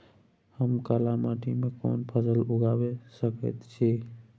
हम काला माटी में कोन फसल लगाबै सकेत छी?